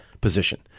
position